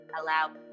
allow